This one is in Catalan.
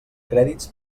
crèdits